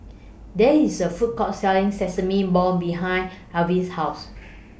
There IS A Food Court Selling Sesame Balls behind Alvy's House